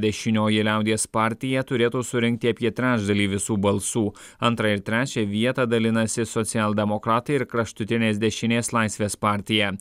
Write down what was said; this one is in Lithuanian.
dešinioji liaudies partija turėtų surinkti apie trečdalį visų balsų antrą ir trečią vietą dalinasi socialdemokratai ir kraštutinės dešinės laisvės partija